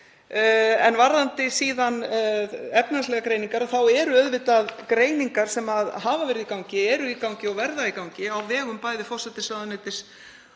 En varðandi síðan efnahagslegar greiningar þá eru auðvitað greiningar sem hafa verið í gangi, eru í gangi og verða í gangi á vegum forsætisráðuneytis